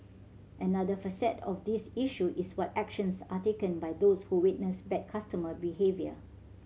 another facet of this issue is what actions are taken by those who witness bad customer behaviour